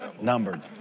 numbered